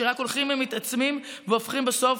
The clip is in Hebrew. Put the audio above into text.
שרק הולכים ומתעצמים והופכים בסוף,